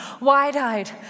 wide-eyed